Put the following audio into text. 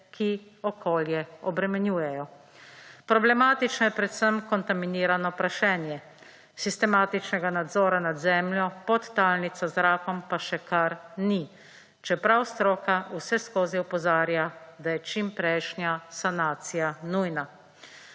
ki okolje obremenjujejo. Problematično je predvsem kontaminirano prašenje. Sistematičnega nadzora nad zemljo, podtalnico, zrakom pa še kar ni, čeprav stroka vseskozi opozarja, da je čim prejšnja sanacija nujna.